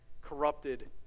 corrupted